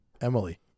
Emily